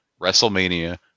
WrestleMania